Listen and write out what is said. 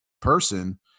person